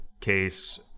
case